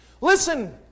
Listen